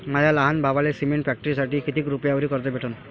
माया लहान भावाले सिमेंट फॅक्टरीसाठी कितीक रुपयावरी कर्ज भेटनं?